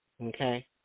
okay